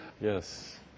Yes